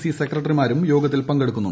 C സെക്രട്ടറിമാരും യോഗത്തിൽ പങ്കെടുക്കുന്നു